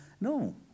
no